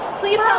please